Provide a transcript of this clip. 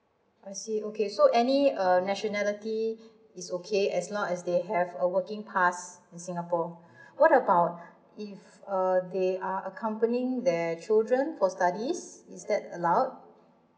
I see okay so any uh nationality is okay as long as they have a working pass in singapore what about if uh they are accompanying their children for studies is that allowed